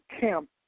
camp